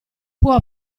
può